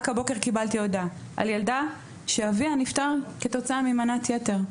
רק הבוקר קיבלתי הודעה על ילדה שאביה נפטר כתוצאה ממנת יתר,